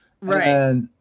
Right